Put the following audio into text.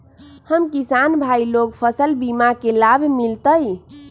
हम किसान भाई लोग फसल बीमा के लाभ मिलतई?